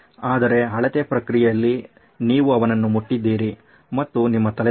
ಆದರೆ ಅಳತೆ ಪ್ರಕ್ರಿಯೆಯಲ್ಲಿ ನೀವು ಅವನನ್ನು ಮುಟ್ಟಿದ್ದೀರಿ ಮತ್ತು ನಿಮ್ಮ ತಲೆದಂಡ